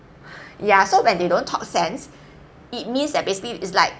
ya so when they don't talk sense it means that basically it's like